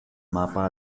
mapa